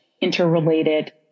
interrelated